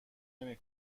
نمی